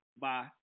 bye